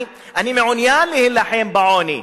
אני מעוניין להילחם בעוני,